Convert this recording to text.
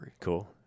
Cool